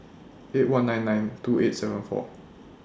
eight one nine nine two eight seven four